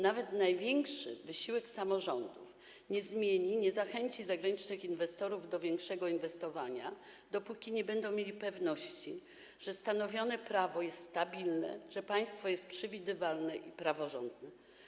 Nawet największy wysiłek samorządów niczego nie zmieni, nie zachęci zagranicznych inwestorów do większego inwestowania, dopóki nie będą mieli pewności, że stanowione prawo jest stabilne, że państwo jest przewidywalne i praworządne.